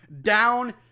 down